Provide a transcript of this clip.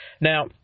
Now